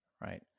right